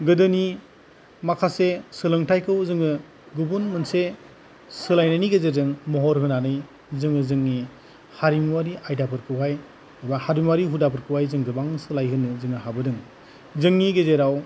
गोदोनि माखासे सोलोंथाइखौ जोङो गुबुन मोनसे सोलायनायनि गेजेरजों महर होनानै जोङो जोंनि हारिमुआरि आयदाफोरखौहाय एबा हारिमुआरि हुदाफोरखौहाय जों गोबां सोलायबोनो जों हाबोदों जोंनि गेजेराव